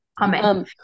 Amen